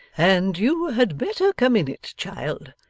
and you had better come in it, child.